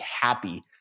happy